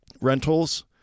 rentals